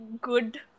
good